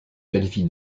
qualifie